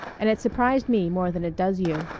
and it surprised me more than it does you.